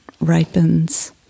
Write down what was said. ripens